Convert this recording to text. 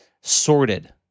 sorted